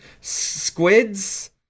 squids